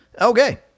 Okay